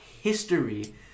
history